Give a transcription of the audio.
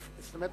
כלומר,